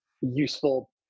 useful